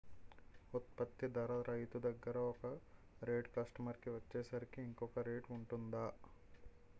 ఉత్పత్తి ధర రైతు దగ్గర ఒక రేట్ కస్టమర్ కి వచ్చేసరికి ఇంకో రేట్ వుంటుందా?